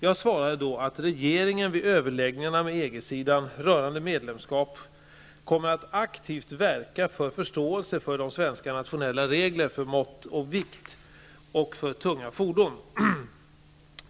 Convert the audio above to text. Jag svarade då att regeringen vid överläggningarna med EG-sidan rörande medlemskap aktivt kommer att verka för förståelse för de svenska nationella reglerna för mått och vikt för tunga fordon.